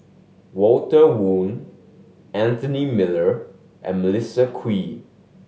Walter Woon Anthony Miller and Melissa Kwee